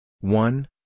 one